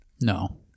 No